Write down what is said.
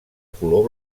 color